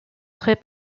très